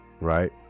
right